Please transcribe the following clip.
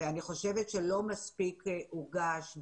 אני חושבת שלא מספיק הודגש,